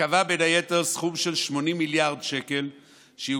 שקבע בין היתר סכום של 80 מיליארד ש"ח שייעודו